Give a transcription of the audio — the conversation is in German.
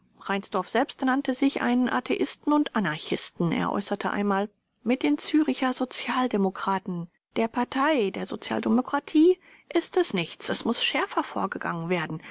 reinsdorf selbst nannte sich einen atheisten und anarchisten er äußerte einmal mit den züricher sozialdemokraten der partei des sozialdemokrat ist es nichts es muß schärfer vorgegangen werden